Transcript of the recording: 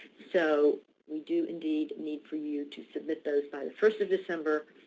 so we do indeed need for you to submit those by the first of december,